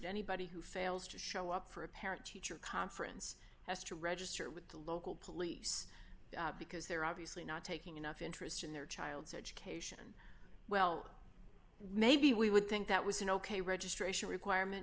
anybody who fails to show up for a parent teacher conference has to register with the local police because they're obviously not taking enough interest in their child's education well maybe we would think that was an ok registration requirement